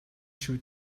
шүү